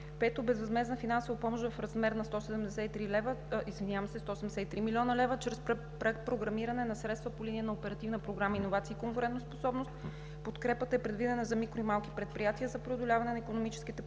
Пето, безвъзмездна финансова помощ в размер на 173 млн. лв. чрез препрограмиране на средства по линия на Оперативна програма „Иновации и конкурентоспособност“. Подкрепата е предвидена за микро- и малки предприятия и за преодоляване на икономическите последици